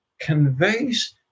conveys